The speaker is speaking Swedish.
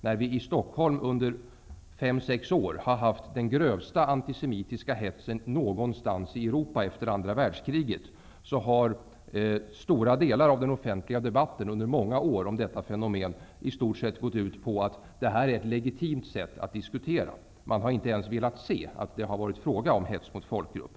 När det i Stockholm under fem sex år har förekommit den grövsta antisemitiska hetsen i Europa efter andra världskriget, har stora delar av den offentliga debatten om detta fenomen i stort sett gått ut på att det här är ett legitimt sätt att diskutera på. Man har inte ens velat se att det har varit fråga om hets mot folkgrupp.